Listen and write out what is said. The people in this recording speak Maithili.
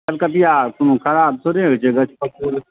कलकतिआ कोनो खराब थोड़े होइ छै गछपक्कू